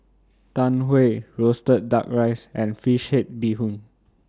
Tau Huay Roasted Duck Rice and Fish Head Bee Hoon